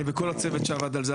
וכל הצוות שעבד על זה.